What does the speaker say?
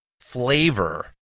flavor